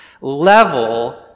Level